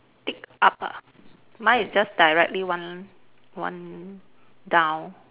tick up ah mine is just directly one one down